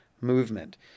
movement